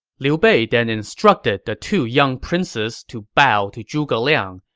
liu bei then instructed the two young princes to bow to zhuge liang,